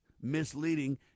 misleading